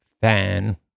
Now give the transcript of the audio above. fan